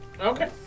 Okay